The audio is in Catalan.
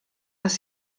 les